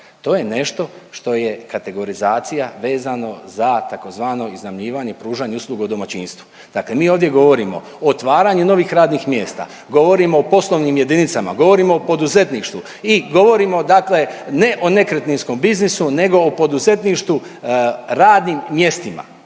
To je nešto što je kategorizacija vezano za tzv. iznajmljivanje i pružanje usluge u domaćinstvu. Dakle, mi ovdje govorimo o otvaranju novih radnih mjesta, govorimo o poslovnim jedinicama, govorimo o poduzetništvu i govorimo, dakle ne o nekretninskom biznisu nego o poduzetništvu, radnim mjestima,